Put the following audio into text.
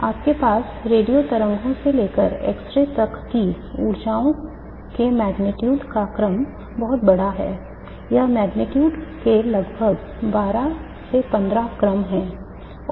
आपके पास रेडियो तरंगों से लेकर एक्स रे तक की ऊर्जाओं के परिमाण का क्रम बहुत बड़ा है यह मेग्नीट्यूड के लगभग 12 15 क्रम है